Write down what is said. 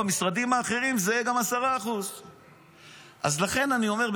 במשרדים האחרים זה יהיה גם 10%. לכן אני אומר,